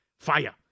Fire